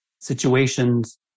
situations